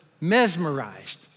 mesmerized